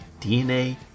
DNA